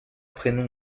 prénom